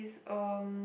um